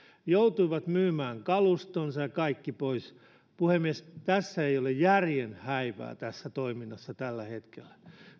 joutuivat myymään kalustonsa ja kaikki pois puhemies tässä toiminnassa ei ole järjen häivää tällä hetkellä